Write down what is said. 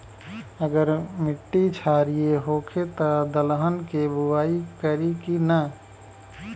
अगर मिट्टी क्षारीय होखे त दलहन के बुआई करी की न?